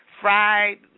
fried